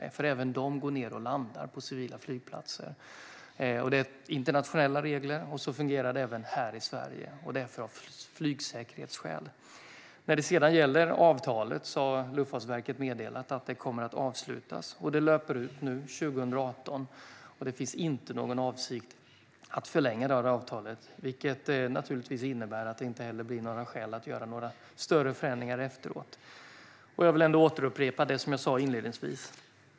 Även de går nämligen ned och landar på civila flygplatser. Detta är internationella regler, och så fungerar det även här i Sverige. Bakgrunden är flygsäkerhetsskäl. När det sedan gäller avtalet har Luftfartsverket meddelat att det kommer att avslutas, och det löper ut nu 2018. Det finns inte någon avsikt att förlänga avtalet, vilket naturligtvis innebär att det inte heller kommer att finnas skäl att göra några större förändringar efteråt. Jag vill ändå återupprepa det som jag sa inledningsvis.